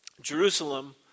Jerusalem